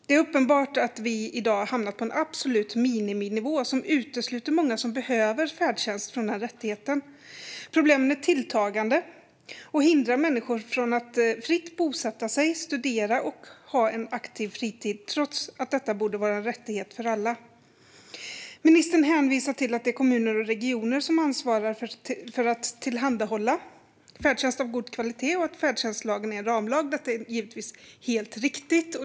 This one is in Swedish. Det är uppenbart att vi i dag har hamnat på en absolut miniminivå, som utesluter många som behöver färdtjänst från den rättigheten. Problemen är tilltagande och hindrar människor från att fritt bosätta sig, studera och ha en aktiv fritid, trots att detta borde vara en rättighet för alla. Ministern hänvisar till att det är kommuner och regioner som ansvarar för att tillhandahålla färdtjänst av god kvalitet och att färdtjänstlagen är en ramlag. Detta är givetvis helt riktigt.